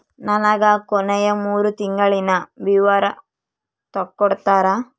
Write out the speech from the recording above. ನನಗ ಕೊನೆಯ ಮೂರು ತಿಂಗಳಿನ ವಿವರ ತಕ್ಕೊಡ್ತೇರಾ?